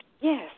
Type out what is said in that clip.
Yes